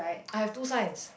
I have two signs